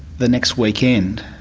the next weekend